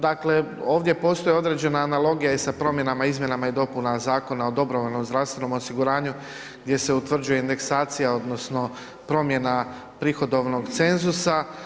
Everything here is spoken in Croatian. Dakle, ovdje postoji određena analogija i sa promjenama, izmjenama i dopunama Zakona o dobrovoljnom zdravstvenom osiguranju gdje se utvrđuje indeksacija odnosno promjena prihodovnog cenzusa.